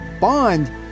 Bond